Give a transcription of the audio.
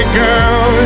girl